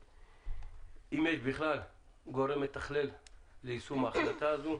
אם יש בכלל גורם מתכלל ליישום ההחלטה הזו,